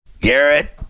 Garrett